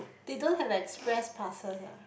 they don't have like express passes ah